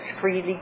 freely